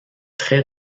très